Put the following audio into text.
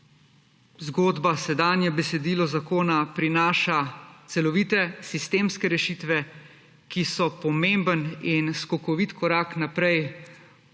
zgodba, sedanje besedilo zakona prinaša celovite sistemske rešitve, ki so pomemben in skokovit korak naprej